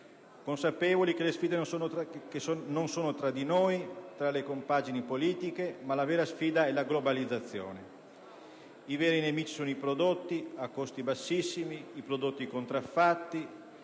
fatto che la vera sfida non è tra di noi o tra le compagini politiche, ma che la vera sfida è la globalizzazione. I veri nemici sono i prodotti a costi bassissimi, i prodotti contraffatti